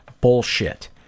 bullshit